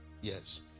Yes